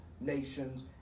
nations